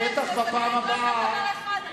זה מראה רק על דבר אחד,